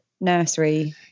nursery